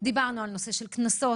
דיברנו על נושא של קנסות.